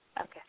Okay